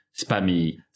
spammy